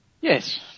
Yes